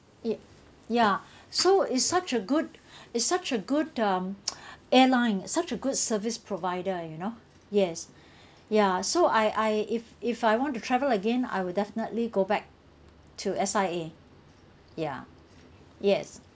yes ya so it's such a good it's such a good um airline such a good service provider you know yes ya so I I if if I want to travel again I will definitely go back to S_I_A ya yes